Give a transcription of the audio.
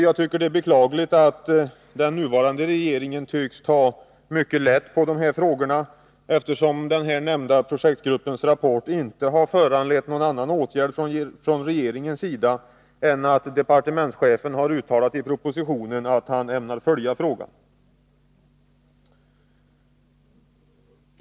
Det är beklagligt att den nuvarande regeringen tycks ta mycket lätt på dessa frågor, eftersom den nämnda projektgruppens rapport inte har föranlett någon annan åtgärd från regeringens sida än att departementschefen i propositionen uttalat att han ämnar följa frågan.